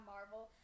Marvel